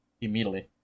immediately